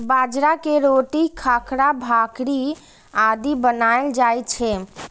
बाजरा के रोटी, खाखरा, भाकरी आदि बनाएल जाइ छै